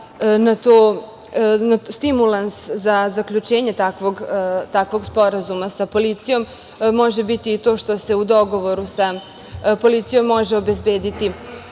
a stimulans za zaključenje takvog sporazuma sa policijom može biti i to što se u dogovoru sa policijom može obezbediti